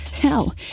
Hell